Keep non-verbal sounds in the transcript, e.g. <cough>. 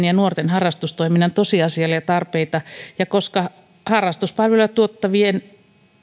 <unintelligible> ja nuorten harrastustoiminnan tosiasiallisia tarpeita ja koska harrastuspalveluja tuottavien